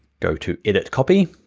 go to edit copy.